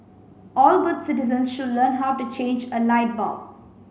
all good citizens should learn how to change a light bulb